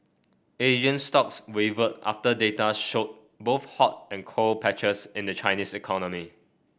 Asian stocks wavered after data showed both hot and cold patches in the Chinese economy